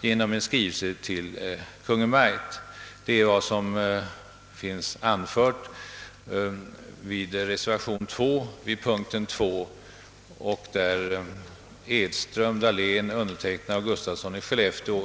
i skrivelse till Kungl. Maj:t. Det är också vad som hemställts i reservationen 2 av herrar Edström, Dahlén och Gustafsson i Skellefteå samt mig själv och till vilken jag som sagt skall återkomma.